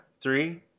three